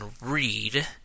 read